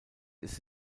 ist